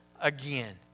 again